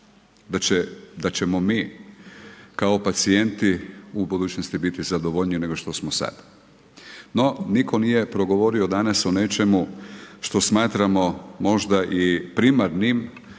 da ćemo mi kao pacijenti u budućnosti biti zadovoljniji nego što smo sad. No, nitko nije progovorio danas o nečemu što smatramo možda i primarnim